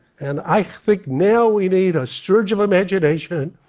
and i think now we need a surge of imagination,